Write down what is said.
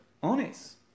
Ones